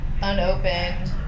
unopened